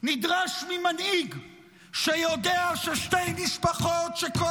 נדרש ממנהיג שיודע ששתי משפחות שכל